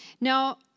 Now